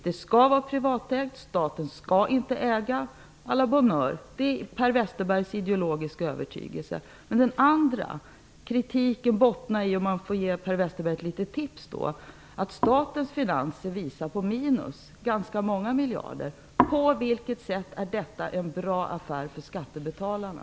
Det skall vara privat ägande. Staten skall inte äga -- à la bonne heure -- det är Per Westerbergs ideologiska övertygelse. Vidare bottnar kritiken i -- om man får ge Per Westerberg ett litet tips -- att statens finanser visar på minus. Det är fråga om ganska många miljarder. På vilket sätt är detta en bra affär för skattebetalarna?